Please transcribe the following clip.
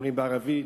אומרים בערבית,